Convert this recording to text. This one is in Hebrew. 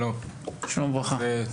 שלום וברכה.